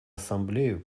ассамблею